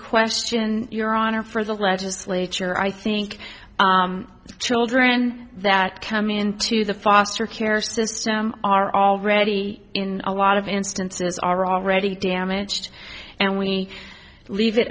question your honor for the legislature i think children that come into the foster care system are already in a lot of instances are already damaged and we leave it